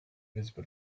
visible